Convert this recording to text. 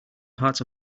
parts